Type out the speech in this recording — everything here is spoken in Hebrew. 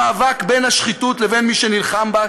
במאבק בין השחיתות לבין מי שנלחם בה,